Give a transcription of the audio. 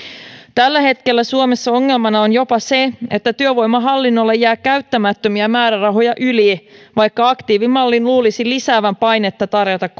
tällä hetkellä suomessa ongelmana on jopa se että työvoimahallinnolla jää käyttämättömiä määrärahoja yli vaikka aktiivimallin luulisi lisäävän painetta tarjota